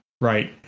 right